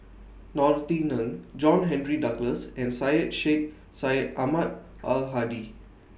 Norothy Ng John Henry Duclos and Syed Sheikh Syed Ahmad Al Hadi